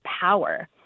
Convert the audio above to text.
power